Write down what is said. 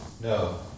No